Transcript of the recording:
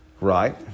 right